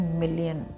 million